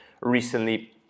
recently